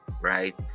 right